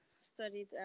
studied